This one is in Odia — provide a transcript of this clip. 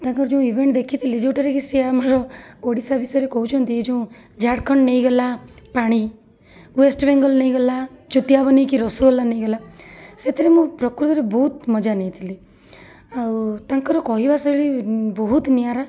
ତାଙ୍କର ଯେଉଁ ଇଭେଣ୍ଟ ଦେଖିଥିଲି ଯେଉଁଟାରେ କି ସିଏ ଆମର ଓଡ଼ିଶା ବିଷୟରେ କହୁଛନ୍ତି ଏ ଯେଉଁ ଝାଡ଼ଖଣ୍ଡ ନେଇଗଲା ପାଣି ୱେଷ୍ଟ ବେଙ୍ଗଲ ନେଇଗଲା ଚୁତିଆ ବନାଇକି ରସଗୋଲା ନେଇଗଲା ସେଥିରେ ମୁଁ ପ୍ରକୃତରେ ବହୁତ ମଜା ନେଇଥିଲି ଆଉ ତାଙ୍କର କହିବା ଶୈଳୀ ବହୁତ ନିଆରା